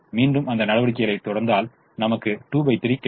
மீண்டும் அந்த நடவடிக்கைகளைத் தொடர்ந்தால் நாமக்கு 23 கிடைக்கும்